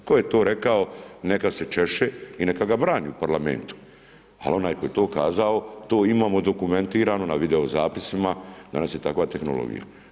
Tko je to rekao, neka se češe i neka ga brani u Parlamentu, ali onaj tko je to kazao, to imamo dokumentirano na videozapisima, danas je takva tehnologija.